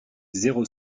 zéro